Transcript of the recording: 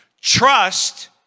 trust